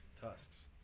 Tusks